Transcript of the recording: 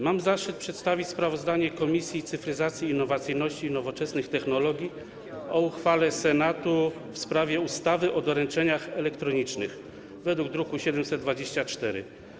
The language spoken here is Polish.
Mam zaszczyt przedstawić sprawozdanie Komisji Cyfryzacji, Innowacyjności i Nowoczesnych Technologii o uchwale Senatu w sprawie ustawy o doręczeniach elektronicznych, druk nr 724.